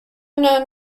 known